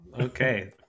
Okay